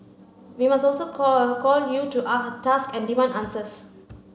we must also call call you to task and demand answers